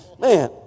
Man